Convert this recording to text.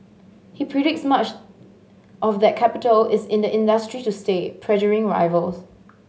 he predicts much of that capital is in the industry to stay pressuring rivals